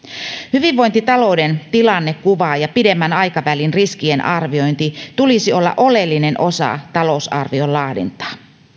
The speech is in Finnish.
hyvinvointitalouden tilannekuvan ja ja pidemmän aikavälin riskien arvioinnin tulisi olla oleellinen osa talousarvion laadintaa